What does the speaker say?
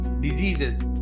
diseases